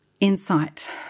insight